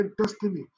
Destiny